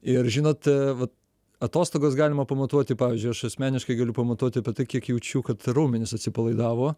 ir žinot vat atostogas galima pamatuoti pavyzdžiui aš asmeniškai galiu pamatuoti apie tai kiek jaučiu kad raumenys atsipalaidavo